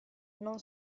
non